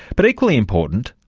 but equally important,